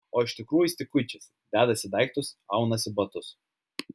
o iš tikrųjų jis tik kuičiasi dedasi daiktus aunasi batus